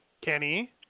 Kenny